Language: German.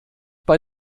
bei